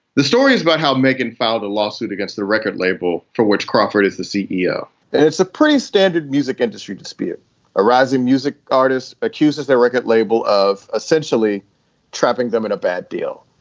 the story is about how megan filed a lawsuit against the record label for which crawford is the ceo and it's a pretty standard music industry dispute arising music artists accuses their record label of essentially trapping them in a bad deal.